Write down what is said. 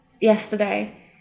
yesterday